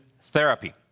therapy